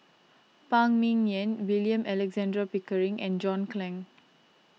Phan Ming Yen William Alexander Pickering and John Clang